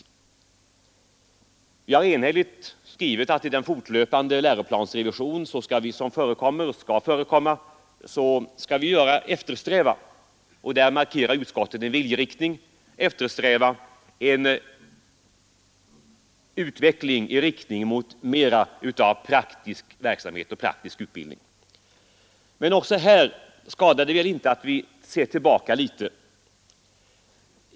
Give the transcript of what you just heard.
Vi har i utskottet enhälligt skrivit att i den fortlöpande läroplansrevision som skall förekomma skall vi eftersträva — och där markerar utskottet en viljeinriktning — en utveckling i riktning mot mera av praktisk verksamhet och praktisk utbildning. Men också här skadar det inte att vi ser tillbaka litet.